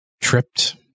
Tripped